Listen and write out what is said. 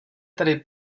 tedy